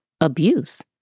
abuse